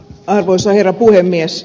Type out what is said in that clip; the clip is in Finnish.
arvoisa herra puhemies